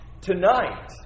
Tonight